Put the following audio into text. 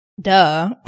duh